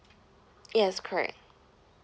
yes correct